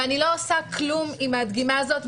ואני לא עושה כלום עם הדגימה הזאת,